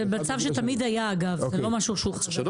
אגב זה מצב שתמיד היה, זה לא דבר חדש.